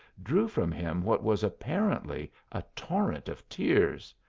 drew from him what was apparently a torrent of tears.